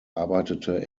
arbeitete